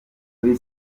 kuri